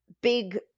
Big